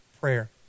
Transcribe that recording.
Prayer